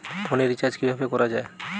ফোনের রিচার্জ কিভাবে করা যায়?